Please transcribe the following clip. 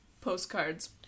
postcards